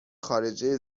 خارجه